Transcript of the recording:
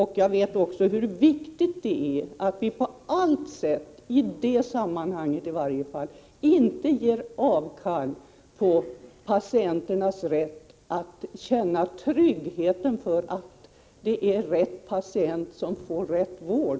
Jag vet också hur viktigt det är att vi på allt sätt, i detta sammanhang i varje fall, inte ger avkall på patienternas rätt att känna den tryggheten att rätt patient får rätt vård.